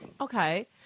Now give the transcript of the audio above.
Okay